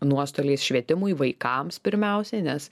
nuostoliais švietimui vaikams pirmiausiai nes